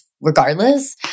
regardless